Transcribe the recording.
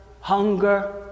hunger